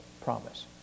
promise